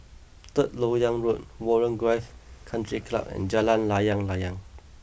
Third Lok Yang Road Warren Golf Country Club and Jalan Layang Layang